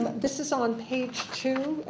this is on page two,